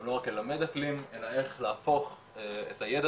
לא רק ללמד אקלים אלא איך להפוך את הידע